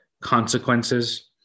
consequences